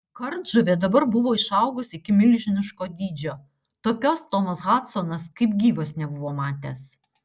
kardžuvė dabar buvo išaugus iki milžiniško dydžio tokios tomas hadsonas kaip gyvas nebuvo matęs